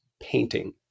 painting